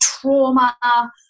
trauma